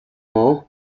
moor